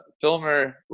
filmer